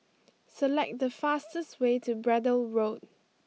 select the fastest way to Braddell Road